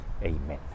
Amen